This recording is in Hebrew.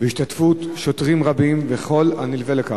בהשתתפות שוטרים רבים וכל הנלווה לכך,